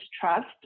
Trust